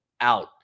out